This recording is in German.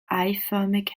eiförmig